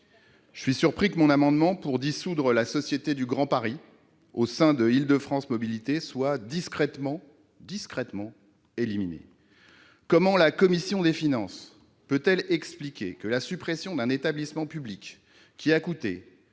Je suis surpris que mon amendement visant à dissoudre la société du Grand Paris au sein d'Île-de-France Mobilités ait été ainsi discrètement écarté. Comment la commission des finances peut-elle expliquer que la suppression d'un établissement public ayant coûté